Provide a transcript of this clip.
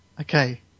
Okay